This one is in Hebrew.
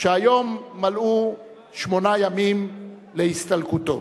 שהיום מלאו שמונה ימים להסתלקותו.